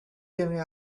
giving